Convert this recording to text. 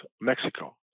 Mexico